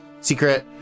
secret